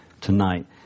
tonight